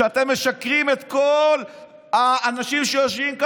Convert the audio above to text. אתם משקרים את כל האנשים שיושבים כאן,